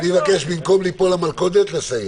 אני מבקש במקום ליפול למלכודת לסיים.